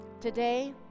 today